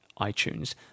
iTunes